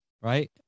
right